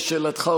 לשאלתך,